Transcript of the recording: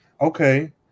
Okay